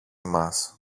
μας